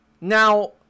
Now